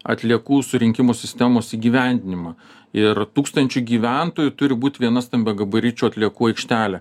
atliekų surinkimo sistemos įgyvendinimą ir tūkstančiui gyventojų turi būt vienas stambiagabaričių atliekų aikštelė